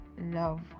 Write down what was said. love